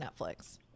Netflix